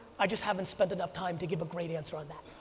i just haven't spent enough time to give a great answer on that.